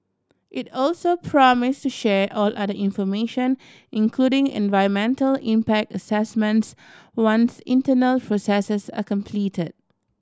it also promise to share all other information including environmental impact assessments once internal processes are complete